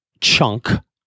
chunk